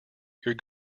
you’re